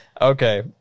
Okay